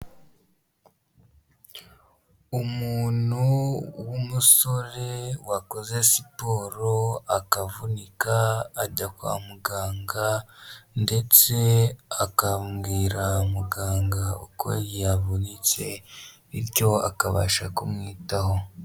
Umuntu w'umusore wakoze siporo akavunika ajya kwa muganga ndetse akabwira muganga uko yavunitse bityo akabasha kumwitaho.